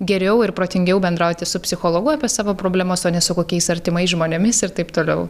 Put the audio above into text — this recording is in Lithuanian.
geriau ir protingiau bendrauti su psichologu apie savo problemas o ne su kokiais artimais žmonėmis ir taip toliau